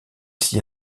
s’y